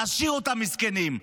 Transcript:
להשאיר אותם מסכנים,